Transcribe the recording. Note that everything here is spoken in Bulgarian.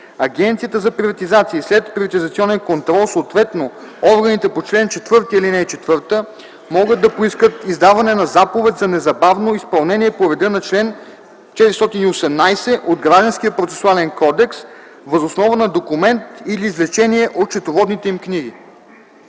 Агенцията за приватизация и следприватизационен контрол, съответно органите по чл. 4, ал. 4, могат да поискат издаване на заповед за незабавно изпълнение по реда на чл. 418 от Гражданския процесуален кодекс въз основа на документ или извлечение от счетоводните им книги.”